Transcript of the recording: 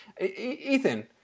Ethan